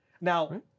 Now